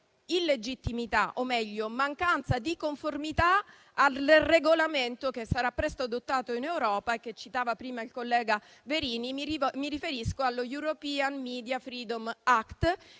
illegittimità - o, meglio, la mancanza di conformità - rispetto al regolamento che sarà presto adottato in Europa e che citava prima il collega Verini: mi riferisco allo European media freedom act, che